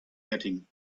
getting